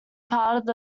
part